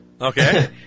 Okay